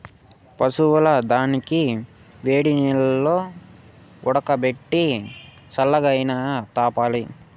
పశువుల దానాని వేడినీల్లో ఉడకబెట్టి సల్లగైనాక తాపాలి